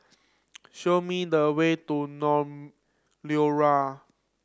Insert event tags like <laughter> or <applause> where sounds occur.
show me the way to <unintelligible> Liora